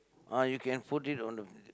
ah you can put in on the